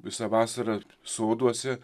visą vasarą soduose